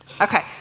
Okay